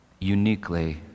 uniquely